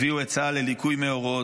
הביאו את צה"ל לליקוי מאורות.